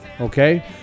okay